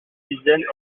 dizaines